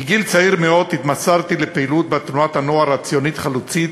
מגיל צעיר מאוד התמסרתי לפעילות בתנועת הנוער הציונית-חלוצית,